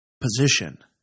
position